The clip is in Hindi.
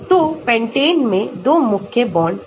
तो पेंटेन में 2 मुख्य बॉन्ड हैं